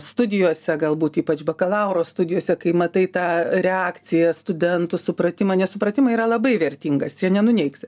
studijose galbūt ypač bakalauro studijose kai matai tą reakciją studentų supratimą nesupratimą yra labai vertingas nenuneigsi